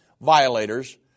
violators